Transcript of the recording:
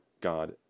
God